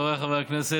חבריי חברי הכנסת,